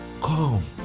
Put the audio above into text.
Come